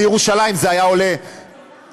לירושלים זה היה עולה מיליון,